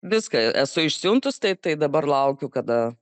viską esu išsiuntus tai tai dabar laukiu kada